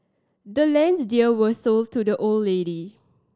the land's deed was sold to the old lady